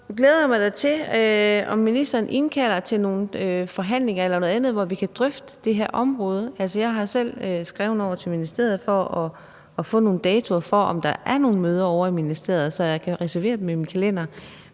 så glæder jeg mig da til, at ministeren indkalder til nogle forhandlinger eller noget andet, hvor vi kan drøfte det her område. Altså, jeg har selv skrevet over til ministeriet for at høre, om der er nogle datoer for møder ovre i ministeriet, så jeg kan reservere dem i min kalender.